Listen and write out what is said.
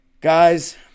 Guys